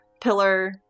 pillar